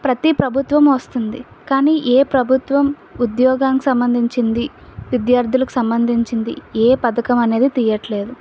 ప్రతి ప్రభుత్వం వస్తుంది కానీ ఏ ప్రభుత్వం ఉద్యోగానికి సంబంధించింది విద్యార్థులకు సంబంధించింది ఏ పథకం అనేది తీయట్లేదు